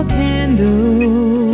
candle